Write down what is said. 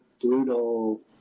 brutal